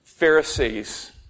Pharisees